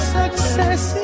success